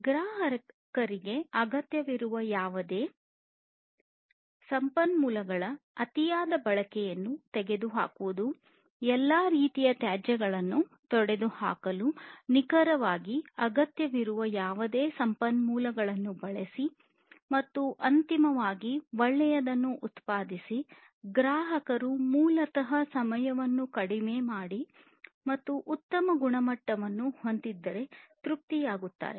ಗ್ರಾಹಕರಿಗೆ ಅಗತ್ಯವಿರುವ ಯಾವುದೇ ಸಂಪನ್ಮೂಲಗಳ ಅತಿಯಾದ ಬಳಕೆಯನ್ನು ತೆಗೆದುಹಾಕುವುದು ಎಲ್ಲಾ ರೀತಿಯ ತ್ಯಾಜ್ಯಗಳನ್ನು ತೊಡೆದುಹಾಕಲು ನಿಖರವಾಗಿ ಅಗತ್ಯವಿರುವ ಯಾವುದೇ ಸಂಪನ್ಮೂಲಗಳನ್ನು ಬಳಸಿ ಮತ್ತು ಅಂತಿಮವಾಗಿ ಒಳ್ಳೆಯದನ್ನು ಉತ್ಪಾದಿಸಿ ಗ್ರಾಹಕರು ಮೂಲತಃ ಸಮಯವನ್ನು ಕಡಿಮೆ ಮಾಡಿ ಮತ್ತು ಉತ್ತಮ ಗುಣಮಟ್ಟವನ್ನು ಹೊಂದಿ ತೃಪ್ತರಾಗುತ್ತಾರೆ